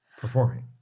performing